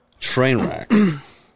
Trainwreck